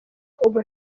ubu